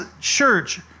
church